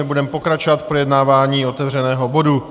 Budeme pokračovat v projednávání otevřeného bodu.